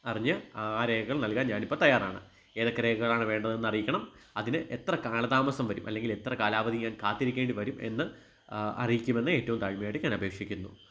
അറിഞ്ഞ് ആ രേഖകള് നൽകാൻ ഞാനിപ്പോള് തയാറാണ് ഏതൊക്കെ രേഖകളാണ് വേണ്ടതെന്ന് അറിയിക്കണം അതിന് എത്ര കാലതാമസം വരും അല്ലെങ്കിലെത്ര കാലാവധി ഞാൻ കാത്തിരിക്കേണ്ടി വരും എന്ന് അറിയിക്കുമെന്ന് ഏറ്റും താഴ്മയായിട്ട് ഞാൻ അപേക്ഷിക്കുന്നു